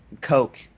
Coke